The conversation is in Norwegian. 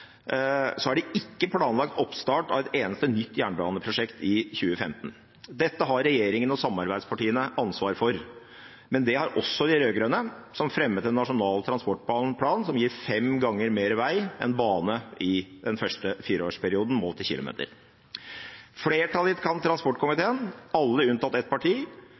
2015. Dette har regjeringen og samarbeidspartiene ansvar for, men det har også de rød-grønne, som fremmet en nasjonal transportplan, som gir fem ganger mer vei enn bane – målt i kilometer – den første fireårsperioden. Flertallet i transportkomiteen – alle unntatt ett parti